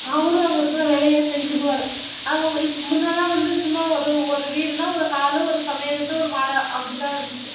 அவர் அங்கே இருக்கிற வேலைய செஞ்சிக்குவார் அவங்களுக்கு முன்னெல்லாம் வந்து சும்மா ஒரு ஒரு வீடுனா ஒரு ஹாலு ஒரு சமையக்கட்டு ஒரு மாடம் அப்படிதான் இருந்திச்சு